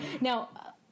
Now